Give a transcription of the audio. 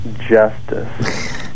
justice